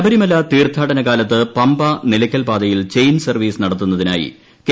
C Sabarimala Sabarimala തീർഥാടന കാലത്ത് പമ്പ നിലക്കൽ പാതയിൽ ചെയിൻ സർവ്വീസ് നടത്തുന്നതിനായി കെ